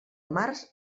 març